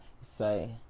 Say